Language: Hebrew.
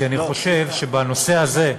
כי אני חושב שבנושא הזה,